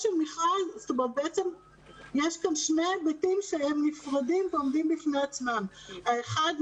יש כאן שני היבטים נפרדים שעומדים בפני עצמם: הראשון,